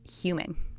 human